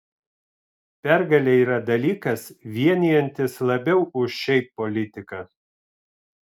pergalė yra dalykas vienijantis labiau už šiaip politiką